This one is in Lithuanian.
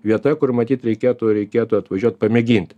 vieta kur matyt reikėtų reikėtų atvažiuot pamėgint